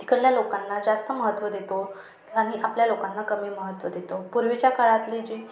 तिकडल्या लोकांना जास्त महत्त्व देतो आणि आपल्या लोकांना कमी महत्त्व देतो पूर्वीच्या काळातली जी